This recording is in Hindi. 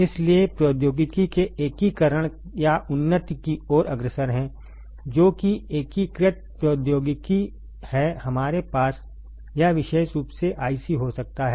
इसलिए प्रौद्योगिकी के एकीकरण या उन्नति की ओर अग्रसर है जो कि एकीकृत प्रौद्योगिकी है हमारे पास यह विशेष रूप से IC हो सकता है